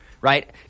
Right